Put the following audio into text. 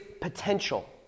potential